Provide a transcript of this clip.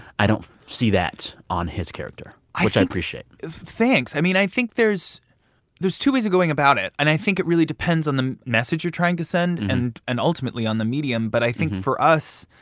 i don't see that on his character. i think. which i appreciate thanks. i mean, i think there's there's two ways of going about it. and i think it really depends on the message you're trying to send and, and ultimately, on the medium. but i think for us